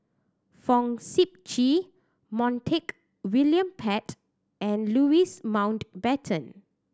Fong Sip Chee Montague William Pett and Louis Mountbatten